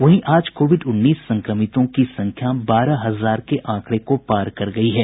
वहीं आज कोविड उन्नीस संक्रमितों की संख्या बारह हजार के आंकड़े को पार कर गयी है